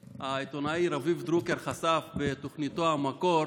העיתונאי רביב דרוקר חשף אתמול בתוכניתו המקור